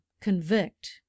convict